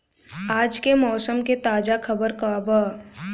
आज के मौसम के ताजा खबर का बा?